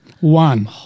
One